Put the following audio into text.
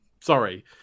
Sorry